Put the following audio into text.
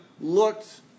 looked